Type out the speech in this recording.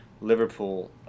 Liverpool